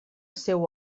seu